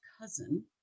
cousin